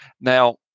now